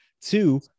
Two